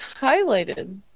highlighted